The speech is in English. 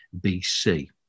BC